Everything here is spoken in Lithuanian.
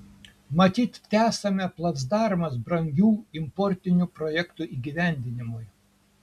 matyt tesame placdarmas brangių importinių projektų įgyvendinimui